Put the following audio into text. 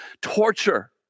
torture